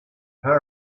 fate